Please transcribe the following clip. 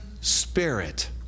spirit